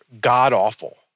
god-awful